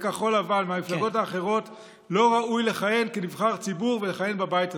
מכחול לבן ומהמפלגות האחרות לא ראוי לכהן כנבחר ציבור בבית הזה.